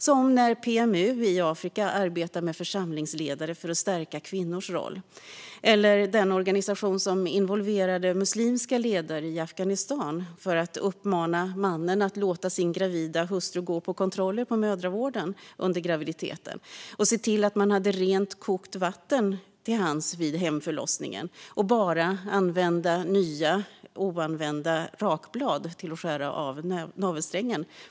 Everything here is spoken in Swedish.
Exempel är PMU i Afrika, som arbetar med församlingsledare för att stärka kvinnors roll, och den organisation som involverade muslimska ledare i Afghanistan för att uppmana män att låta sin gravida hustru gå på kontroller hos mödravården under graviditeten och se till att man har rent, kokt vatten till hands vid hemförlossningen och bara använder nya, oanvända rakblad till att skära av navelsträngen.